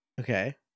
Okay